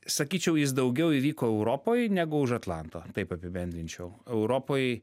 sakyčiau jis daugiau įvyko europoj negu už atlanto taip apibendrinčiau europoj